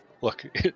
Look